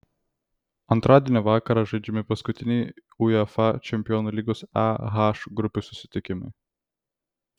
antradienio vakarą žaidžiami paskutiniai uefa čempionų lygos e h grupių susitikimai